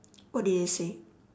what did they say